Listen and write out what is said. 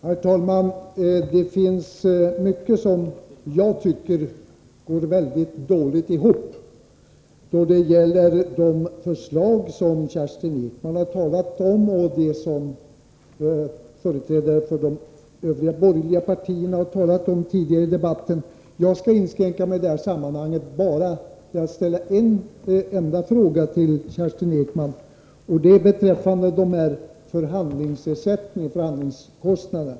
Herr talman! Det finns mycket som jag tycker går dåligt ihop då det gäller de förslag som Kerstin Ekman har talat om och det som företrädare för de övriga borgerliga partierna tidigare i debatten har talat om. Jag skall i detta sammanhang inskränka mig till att ställa en enda fråga till Kerstin Ekman, beträffande förhandlingskostnaderna.